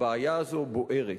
הבעיה הזאת בוערת,